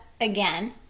again